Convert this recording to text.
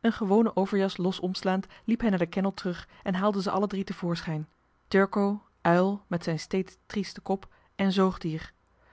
een gewone overjas los omslaand liep hij naar de kennel terug en haalde ze alle drie te voorschijn turco uil met zijn steeds triesten kop en zoogdier